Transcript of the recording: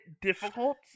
difficult